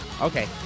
Okay